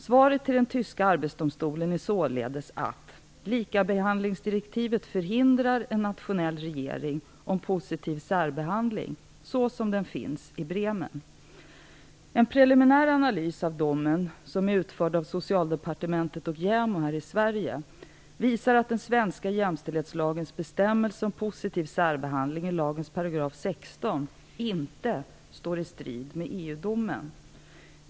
Svaret till den tyska arbetsdomstolen är således att likabehandlingsdirektivet förhindrar en nationell reglering om positiv särbehandling så som den återfinns i Bremen. En preliminär analys av domen utförd av Socialdepartementet och JämO i Sverige visar att den svenska jämställdhetslagens bestämmelse om positiv särbehandling i lagens paragraf 16 inte står i strid med domen.